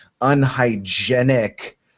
unhygienic